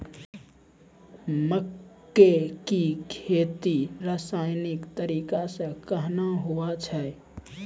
मक्के की खेती रसायनिक तरीका से कहना हुआ छ?